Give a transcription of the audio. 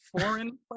foreign